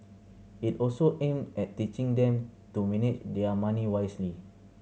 it also aimed at teaching them to manage their money wisely